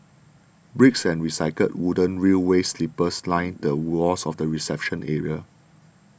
bricks and recycled wooden railway sleepers line the walls of the reception area